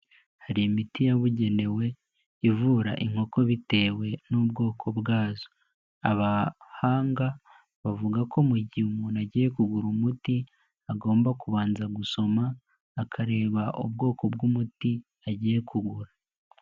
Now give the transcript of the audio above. Hari imiti yabugenewe, ivura inkoko bitewe n'ubwoko bwazo. Abahanga bavuga ko mu gihe umuntu agiye kugura umuti agomba kubanza gusoma, akareba ubwoko bw'umuti agiye kugura.